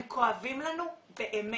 הם כואבים לנו באמת.